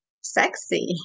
sexy